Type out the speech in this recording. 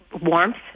warmth